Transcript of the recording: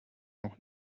noch